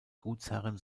gutsherren